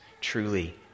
truly